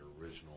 original